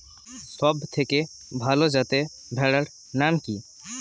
সবথেকে ভালো যাতে ভেড়ার নাম কি?